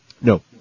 No